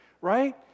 right